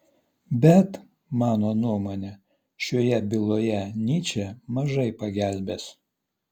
bet mano nuomone šioje byloje nyčė mažai pagelbės